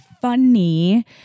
funny